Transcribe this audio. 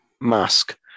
Mask